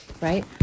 right